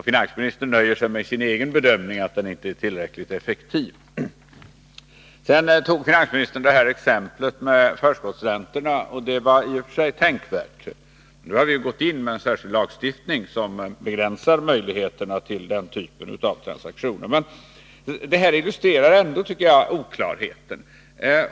Finansministern nöjer sig med sin egen bedömning att klausulen inte är tillräckligt effektiv. Finansministern tog vidare upp förskottsräntorna som ett exempel, och det var i och för sig tänkvärt. Vi har nu infört en särskild lagstiftning som begränsar den typ av transaktioner som förekommit. Men det illustrerar ändå oklarheten i det nya förslaget.